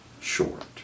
short